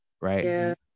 right